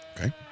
Okay